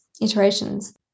iterations